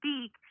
speak